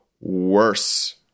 worse